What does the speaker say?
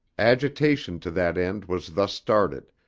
agitation to that end was thus started,